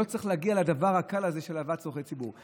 לא צריך להגיע לדבר הקל הזה של העלבת עובד ציבור.